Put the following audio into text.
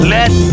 Let